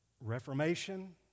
reformation